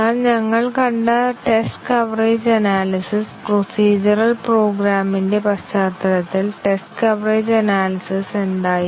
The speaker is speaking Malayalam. എന്നാൽ ഞങ്ങൾ കണ്ട test coverage analysis procedural program ന്റ്റെ പശ്ചാത്തലത്തിൽ ടെസ്റ്റ് കവറേജ് അനാലിസിസ് എന്തായി